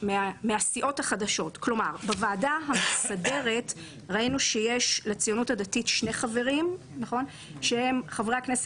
ראינו שבוועדה המסדרת יש ל"ציונות הדתית" את חבר הכנסת